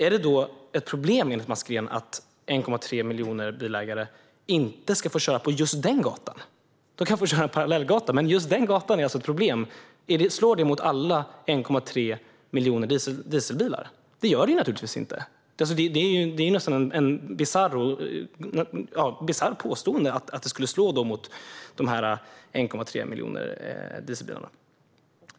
Är det då ett problem, enligt Mats Green, att 1,3 miljoner bilägare inte ska få köra på just den gatan? De kan få köra på en parallellgata. Slår det mot alla 1,3 miljoner dieselbilar? Det gör det naturligtvis inte. Det är nästan ett bisarrt påstående att det skulle slå mot dessa 1,3 miljoner dieselbilar.